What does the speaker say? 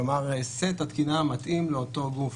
כלומר, סט התקינה המתאים לאותו גוף.